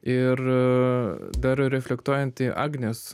ir dar reflektuojant į agnės